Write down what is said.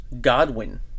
Godwin